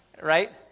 Right